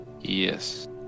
Yes